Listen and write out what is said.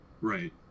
right